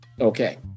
Okay